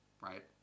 right